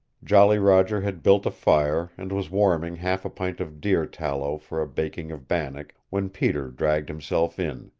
jolly roger had built a fire and was warming half a pint of deer tallow for a baking of bannock, when peter dragged himself in,